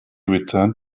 returned